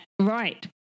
Right